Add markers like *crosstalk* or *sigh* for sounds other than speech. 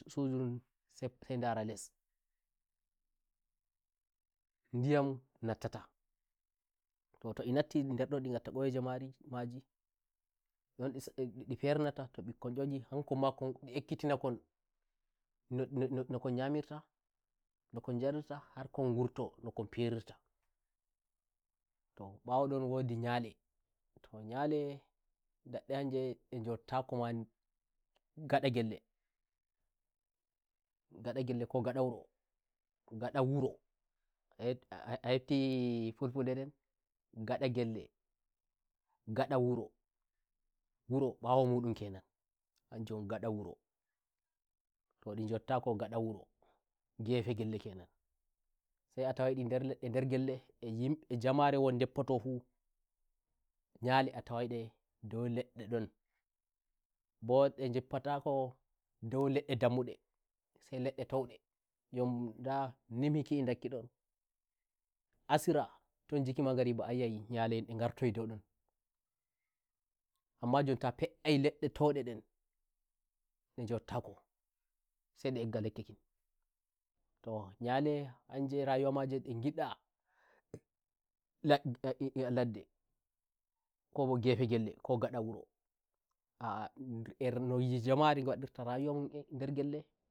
sudu ndun sai ndare lesto todi nassindeddon di ngatta koyije maji *hesitation* ndon di pernata to bikkon o'yi hankonma ndi ekkitino kin *hesitation* non kon jarirtaharkon gurto no kon perirtatoh bawo don wodi nyandeto nyade ndadde hanje nde jottako ma ngada Bellengada gelle ko ngada wurongada wuro a hetti fulfulde nden ngada gelle ngada wuro mbawo mun kenan hanjum won ngada wuronto ndi jottako ngada wuro ngefe gello ke nansai a tawaidi nder ledde nder gellea jamare ndeppoto fu njale a tawaide nder ledde ndonmbo nde jippatako ndou ledde dambudesai ledde taude *hesitation* asira ton jiki mangariba ayi ai nyale nden nde gartoyi dou donamma jon ta fea'ai ledde nden nde jottako sai nde egga lekki kintoh nyale hanje a rayuwa maje nde ngida ladde ko gefe gelle ko ngada wuroa'a e ne jamare gadirta rayuwa mudun nder gelle